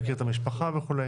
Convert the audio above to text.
להכיר את המשפחה וכו'.